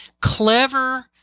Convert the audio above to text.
clever